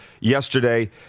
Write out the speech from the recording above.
yesterday